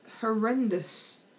horrendous